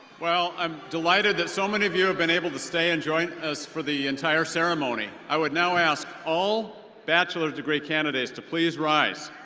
well, i'm delighted that so many of you have been able to stay and join us for the entire ceremony. i would now ask all bachelor's degree candidates to please rise.